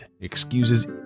excuses